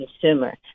consumer